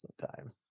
Sometime